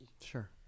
Sure